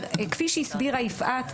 כפי שהסבירה יפעת,